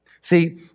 See